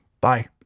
Bye